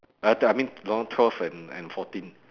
I mean lorong twelve and and fourteen